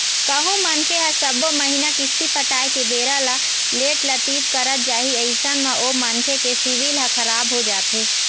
कहूँ मनखे ह सब्बो महिना किस्ती पटाय के बेरा ल लेट लतीफ करत जाही अइसन म ओ मनखे के सिविल ह खराब हो जाथे